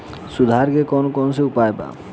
सुधार के कौन कौन उपाय वा?